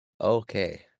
Okay